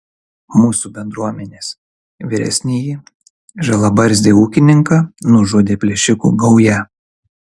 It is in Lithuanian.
mūsų bendruomenės vyresnįjį žilabarzdį ūkininką nužudė plėšikų gauja